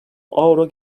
avro